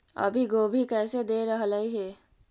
अभी गोभी कैसे दे रहलई हे?